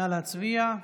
נא להצביע.